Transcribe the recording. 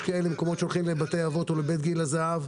יש מקומות שהולכים לבתי אבות או לבתי גיל זהב.